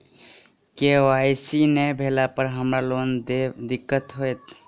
KYC नै भेला पर हमरा लेन देन मे दिक्कत होइत?